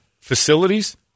facilities